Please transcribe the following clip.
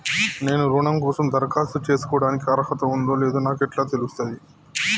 నేను రుణం కోసం దరఖాస్తు చేసుకోవడానికి అర్హత ఉందో లేదో నాకు ఎట్లా తెలుస్తది?